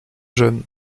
jeune